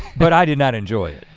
but i did not enjoy it.